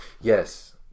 Yes